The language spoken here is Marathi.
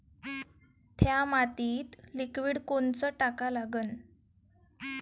थ्या मातीत लिक्विड कोनचं टाका लागन?